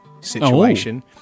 situation